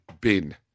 bin